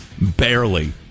barely